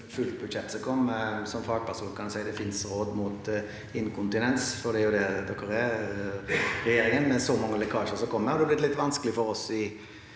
fullt budsjett som kom. Som fagperson kan jeg si at det finnes råd mot inkontinens, for det er det som skjer fra regjeringen. Med så mange lekkasjer som kommer, har det blitt litt vanskelig for oss i